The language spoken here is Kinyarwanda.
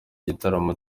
gitaramo